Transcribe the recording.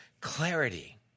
clarity